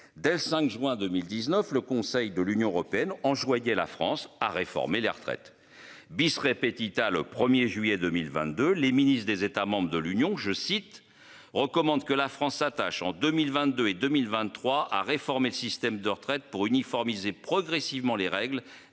le 5 juin 2019, le Conseil de l'Union européenne enjoignait la France à réformer les retraites, bis répétita. Le 1er juillet 2022. Les ministres des États membres de l'Union je cite recommande que la France attache en 2022 et 2023 à réformer le système de retraite pour uniformiser progressivement les règles